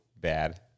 bad